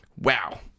wow